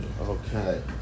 Okay